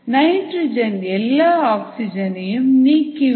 nitrogen எல்லா ஆக்ஸிஜனையும் நீக்கிவிடும்